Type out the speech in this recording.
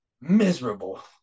miserable